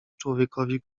człowiekowi